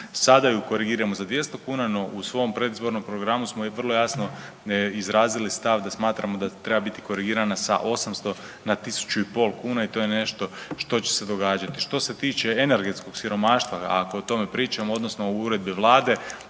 Sada ju korigiramo za 200 kuna, no u svom predizbornom programu smo i vrlo jasno izrazili stav da smatramo da treba biti korigirana sa 800 na 1500 kuna i to je nešto što će se događati. Što se tiče energetskog siromaštva, ako o tome pričamo, odnosno uredbi Vlade,